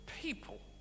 people